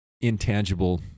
intangible